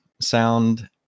sound